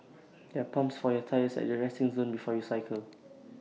there are pumps for your tyres at the resting zone before you cycle